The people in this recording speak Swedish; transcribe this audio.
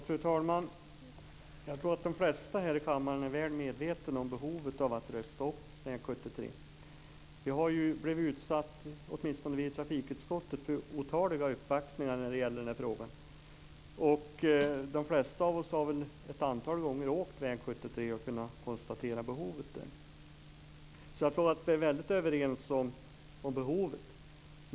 Fru talman! Jag tror att de flesta här i kammaren är väl medvetna om behovet av att rusta upp väg 73. Åtminstone vi i trafikutskottet har blivit utsatta för otaliga uppvaktningar i frågan. De flesta av oss har väl ett antal gånger åkt väg 73 och kunnat konstatera behovet där. Så jag tror att vi är väldigt överens om behovet.